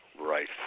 Right